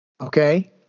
Okay